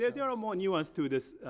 there are more new ones to this